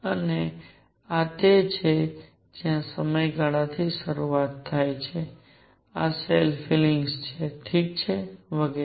અને આ તે છે જ્યાં સમયગાળાથી શરૂ થાય છે આ શેલની ફિલિંગ્સ છે ઠીક છે વગેરે